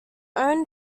own